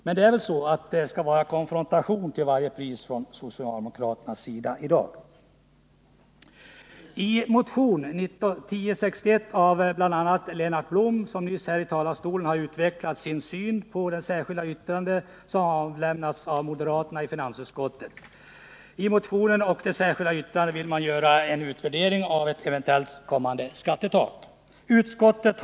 Men det är väl så, att det i dag skall vara konfrontation till varje pris från socialdemokraternas sida. I motion 1061 av bl.a. Lennart Blom yrkas att ett konkret förslag till lämplig utformning av en lagstiftning rörande kommunalt skattetak skall utarbetas. Lennart Blom har nyligen här i talarstolen utvecklat sin syn på det särskilda yttrande som med anledning av utskottets behandling av motionen har avlämnats av moderaterna i finansutskottet.